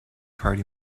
party